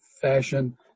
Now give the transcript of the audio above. fashion